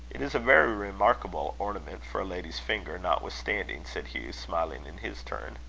it is a very remarkable ornament for a lady's finger, notwithstanding, said hugh, smiling in his turn.